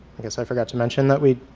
i guess i forgot to mention that we